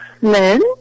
Men